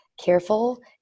careful